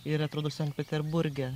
ir atrodo sankt peterburge